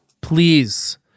Please